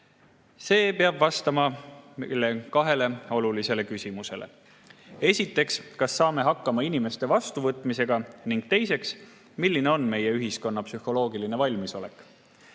See annab vastuse kahele olulisele küsimusele: esiteks, kas saame hakkama inimeste vastuvõtmisega, ning teiseks, milline on meie ühiskonna psühholoogiline valmisolek?